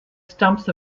stumps